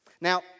Now